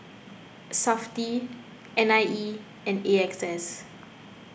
S A F T I N I E and A X S